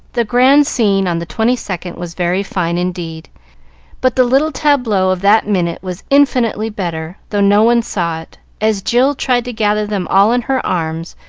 the grand scene on the twenty-second was very fine, indeed but the little tableau of that minute was infinitely better, though no one saw it, as jill tried to gather them all in her arms,